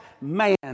man